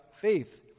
faith